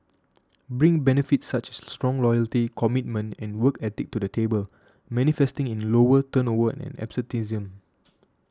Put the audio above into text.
bring benefits such as strong loyalty commitment and work ethic to the table manifesting in lower turnover and absenteeism